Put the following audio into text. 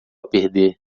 perder